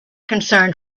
concerned